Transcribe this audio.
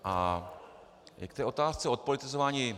A k té otázce odpolitizování.